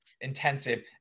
intensive